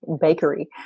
Bakery